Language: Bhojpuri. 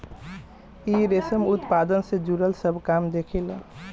इ रेशम उत्पादन से जुड़ल सब काम देखेला